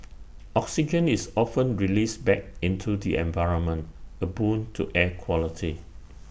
oxygen is often released back into the environment A boon to air quality